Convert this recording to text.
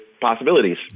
possibilities